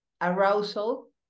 arousal